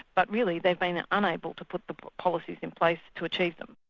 but really they've been unable to put the policies in place to achieve them.